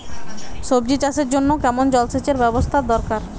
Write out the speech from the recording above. সবজি চাষের জন্য কেমন জলসেচের ব্যাবস্থা দরকার?